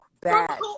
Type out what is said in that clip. bad